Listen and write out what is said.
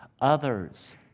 others